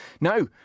no